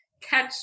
catch